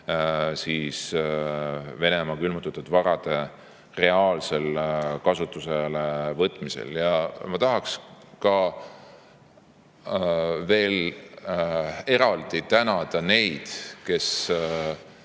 Venemaa külmutatud varade reaalsel kasutusele võtmisel. Ma tahaks veel eraldi tänada neid, kes